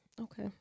Okay